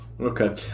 okay